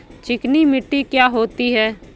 चिकनी मिट्टी क्या होती है?